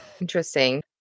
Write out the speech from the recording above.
Interesting